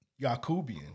Yakubian